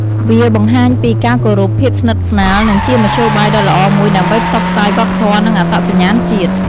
វាបង្ហាញពី ការគោរព ភាពស្និទ្ធស្នាល និងជាមធ្យោបាយដ៏ល្អមួយដើម្បីផ្សព្វផ្សាយ វប្បធម៌ និងអត្តសញ្ញាណជាតិ។